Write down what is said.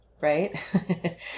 right